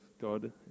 God